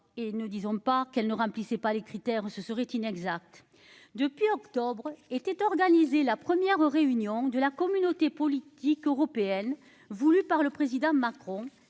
et nous disons pas qu'elle ne remplissait pas les critères. Ce serait inexact. Depuis octobre, était organisée la première réunion de la communauté politique européenne voulue par le président Macron